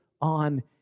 on